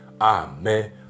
Amen